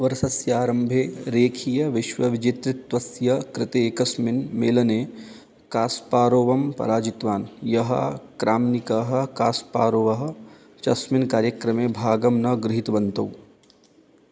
वर्षस्य आरम्भे रेखीयविश्वविजेतृत्वस्य कृते एकस्मिन् मेलने कास्पारोवं पराजितवान् यः क्राम्निकः कास्पारोवः च अस्मिन् कार्यक्रमे भागं न गृहीतवन्तौ